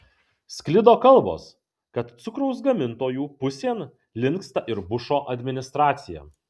sklido kalbos kad cukraus gamintojų pusėn linksta ir bušo administracija